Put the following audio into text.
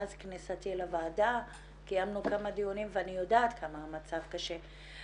מאז כניסתי לוועדה קיימנו כמה דיונים ואני יודעת כמה המצב קשה.